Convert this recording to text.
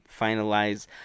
finalize